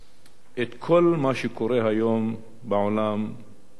את כל מה שקורה היום בעולם הערבי.